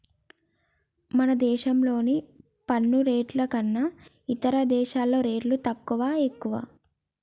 మన దేశంలోని పన్ను రేట్లు కన్నా ఇతర దేశాల్లో రేట్లు తక్కువా, ఎక్కువా